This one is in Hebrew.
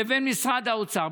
לבין משרד האוצר,